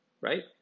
Right